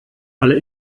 alle